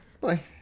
Bye